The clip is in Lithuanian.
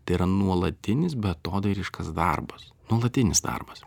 tai yra nuolatinis beatodairiškas darbas nuolatinis darbas